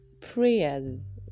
prayers